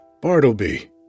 Bartleby